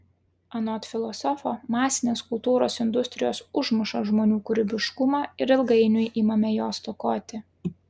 anot filosofo masinės kultūros industrijos užmuša žmonių kūrybiškumą ir ilgainiui imame jo stokoti